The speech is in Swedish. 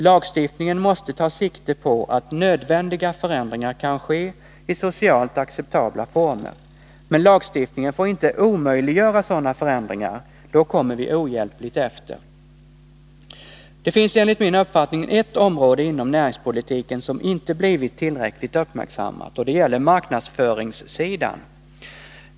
Lagstiftningen måste ta sikte på att nödvändiga förändringar kan ske i socialt acceptabla former. Men lagstiftningen får inte omöjliggöra sådana förändringar. Då kommer vi ohjälpligt efter. Det finns enligt min uppfattning ett område inom näringspolitiken som inte blivit tillräckligt uppmärksammat, och det gäller marknadsföringssidan.